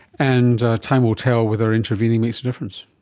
and time will tell whether intervening makes a difference.